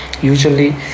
Usually